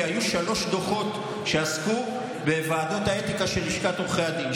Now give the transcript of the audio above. כי היו שלושה דוחות שעסקו בוועדות האתיקה של לשכת עורכי הדין,